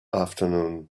afternoon